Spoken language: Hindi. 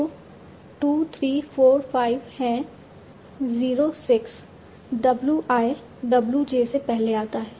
तो 2 3 4 5 हैं 0 6 W i w j से पहले आता है